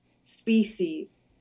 species